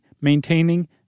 maintaining